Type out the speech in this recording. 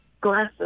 glasses